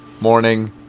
morning